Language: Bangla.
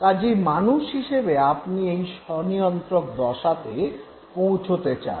কাজেই মানুষ হিসেবে আপনি এই স্বনিয়ন্ত্রক দশাতে পৌঁছতে চান